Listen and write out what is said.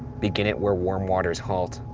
begin it where warm waters halt.